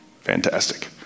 Fantastic